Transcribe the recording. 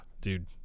dude